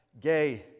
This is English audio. gay